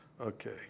Okay